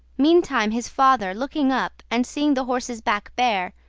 meantime his father, looking up, and seeing the horse's back bare,